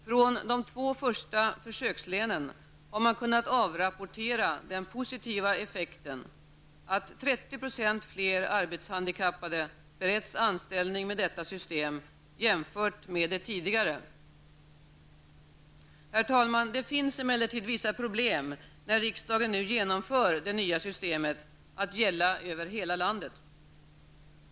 Från de två första försökslänen har man kunnat avrapportera den positiva effekten, att 30 % fler arbetshandikappade beretts anställning med detta system jämfört med det tidigare. Herr talman! Det finns emellertid vissa problem när riksdagen nu genomför det nya systemet att gälla över hela landet.